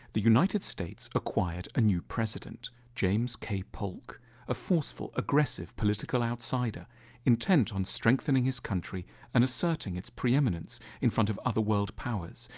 the united states acquired a new president james k. polk a forceful, aggressive political outsider intent on strengthening his country and asserting its pre-eminence in front of other world powers,